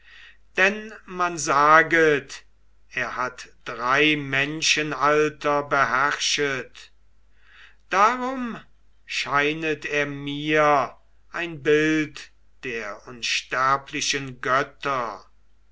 denn man saget er hat drei menschenalter beherrschet darum scheinet er mir ein bild der unsterblichen götter